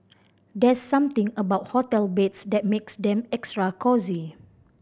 there's something about hotel beds that makes them extra cosy